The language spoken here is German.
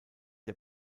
der